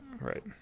Right